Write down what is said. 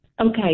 Okay